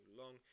long